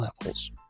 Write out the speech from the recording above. levels